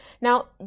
Now